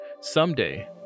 someday